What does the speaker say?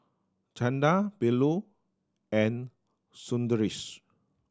Chanda Bellur and Sundaresh